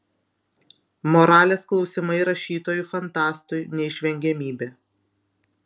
moralės klausimai rašytojui fantastui neišvengiamybė